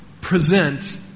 present